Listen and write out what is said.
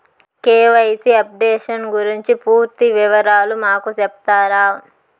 KYC updation గురించి పూర్తి వివరాలు మాకు సెప్తారా?